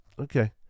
okay